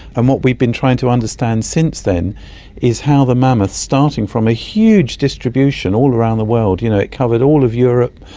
and what we've been trying to understand since then is how the mammoths, starting from a huge distribution all around the world, you know it covered all of europe,